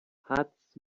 حدس